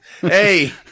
Hey